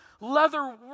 leather